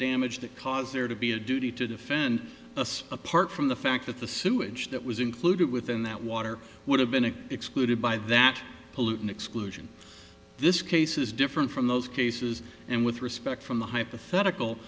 damage that cause there to be a duty to defend us apart from the fact that the sewage that was included within that water would have been it excluded by that pollutant exclusion this case is different from those cases and with respect from the hyp